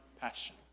passion